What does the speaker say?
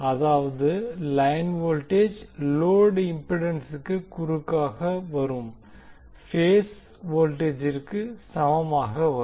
அதாவது line voltage load இம்பிடன்ஸுக்கு குறுக்காக வரும் பேஸ் வோல்டேஜிற்கு சமமாக வரும்